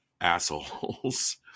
assholes